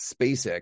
SpaceX